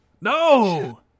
No